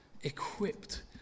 equipped